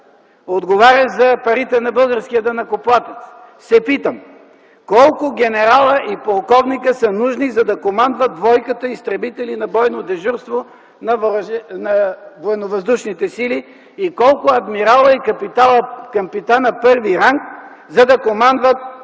отговарящ за парите на българския данъкоплатец, се питам колко генерала и полковника са нужни, за да командват двойката изтребители на бойно дежурство на Военновъздушните сили и колко адмирала и капитана първи ранг, за да командват